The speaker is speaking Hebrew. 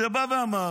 שבא ואמר